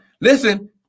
Listen